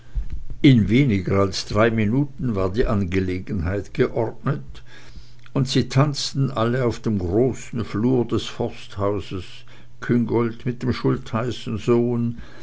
in weniger als drei minuten war die angelegenheit geordnet und sie tanzten alle auf dem großen flur des forsthauses küngolt mit dem